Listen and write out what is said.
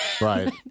Right